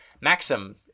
Maxim